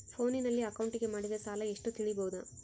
ಫೋನಿನಲ್ಲಿ ಅಕೌಂಟಿಗೆ ಮಾಡಿದ ಸಾಲ ಎಷ್ಟು ತಿಳೇಬೋದ?